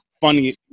funny